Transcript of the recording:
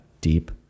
deep